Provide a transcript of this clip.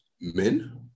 Men